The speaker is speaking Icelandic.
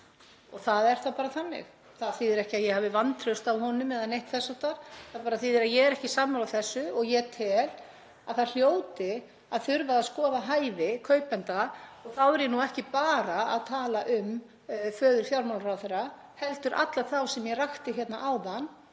Það er bara þannig. Það þýðir ekki að ég hafi vantraust á honum eða neitt þess háttar. Það bara þýðir að ég er ekki sammála þessu og ég tel að það hljóti að þurfa að skoða hæfi kaupenda og þá er ég ekki bara að tala um föður fjármálaráðherra heldur alla þá sem ég rakti hérna áðan,